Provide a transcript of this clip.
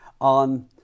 on